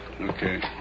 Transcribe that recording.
Okay